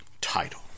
title